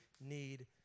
need